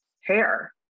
hair